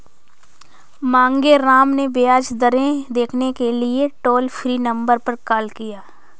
मांगेराम ने ब्याज दरें देखने के लिए टोल फ्री नंबर पर कॉल किया